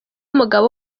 mugabo